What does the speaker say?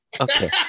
Okay